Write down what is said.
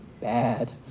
bad